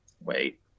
wait